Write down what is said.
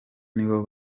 nibo